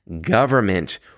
government